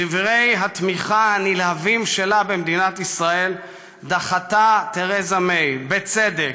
בדברי תמיכה נלהבים במדינת ישראל דחתה מיי, בצדק,